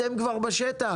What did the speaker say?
אתם כבר בשטח.